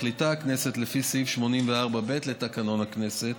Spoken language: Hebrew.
מחליטה הכנסת, לפי סעיף 84(ב) לתקנון הכנסת,